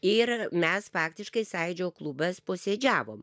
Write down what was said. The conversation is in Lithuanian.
ir mes faktiškai sąjūdžio klubas posėdžiavom